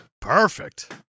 Perfect